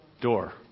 door